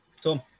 Tom